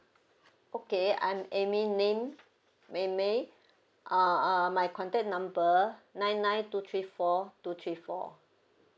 okay I'm amy lim mei mei uh uh my contact number nine nine two three four two three four